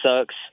sucks